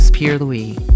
Pierre-Louis